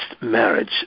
marriage